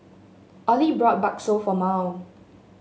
Ollie bought bakso for Mal